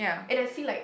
and I feel like